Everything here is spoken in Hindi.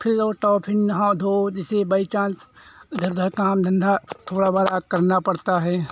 फिर लौट आओ फिर नहाओ धोओ जैसे बाईचान्स इधर उधर काम धन्धा थोड़ा बड़ा करना पड़ता है